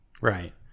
Right